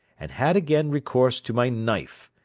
and had again recourse to my knife,